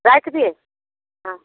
रख दिए हाँ